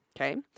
Okay